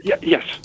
yes